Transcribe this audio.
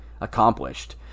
accomplished